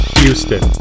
Houston